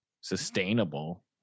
sustainable